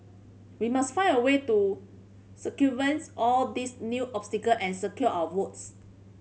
we must find a way to circumvents all these new obstacle and secure our votes